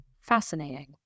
Fascinating